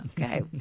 okay